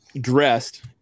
dressed